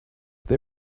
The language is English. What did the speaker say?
they